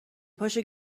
پاشو